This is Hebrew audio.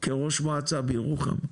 כראש מועצה בירוחם,